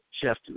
Chef